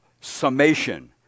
summation